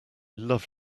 love